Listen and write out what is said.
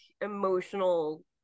emotional